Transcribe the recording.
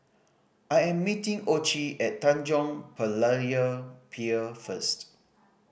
I am meeting Ocie at Tanjong Berlayer Pier first